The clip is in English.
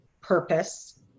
purpose